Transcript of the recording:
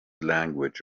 language